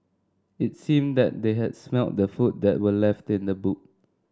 it seemed that they had smelt the food that were left in the boot